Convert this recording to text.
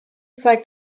zeigt